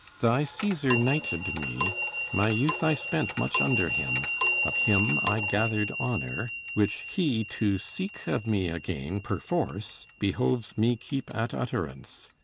thy caesar knighted me my youth i spent much under him of him i gather'd honour, which he to seek of me again, perforce, behoves me keep at utterance.